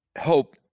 hope